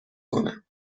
کنم